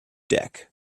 deck